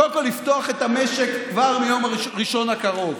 קודם כול לפתוח את המשק כבר מיום ראשון הקרוב,